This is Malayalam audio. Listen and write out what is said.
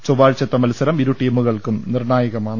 ചൊവ്വാഴ്ചത്തെ മത്സരം ഇരുടീമുകൾക്കും നിർണ്ണായകമാണ്